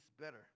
better